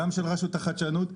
רשות החדשנות,